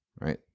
right